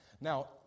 Now